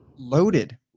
Loaded